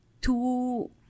two